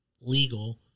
legal